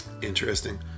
interesting